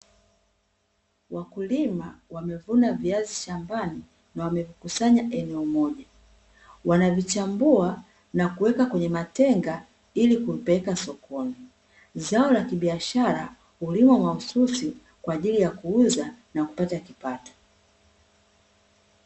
Wakulima wamevuna viazi shambani na wamevikusanya eneo moja. Wanavichambua na kuweka kwenye matenga ili kuvipeleka sokoni. Zao la kibiashara hulimwa mahususi kwa ajili ya kuuza na kupata kipato.